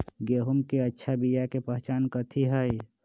गेंहू के अच्छा बिया के पहचान कथि हई?